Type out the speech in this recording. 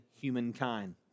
humankind